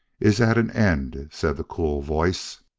is at an end, said the cool voice.